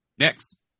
next